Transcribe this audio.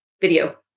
video